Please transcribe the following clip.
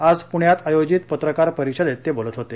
आज प्ण्यात आयोजित पत्रकार परिषदेत ते बोलत होते